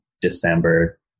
December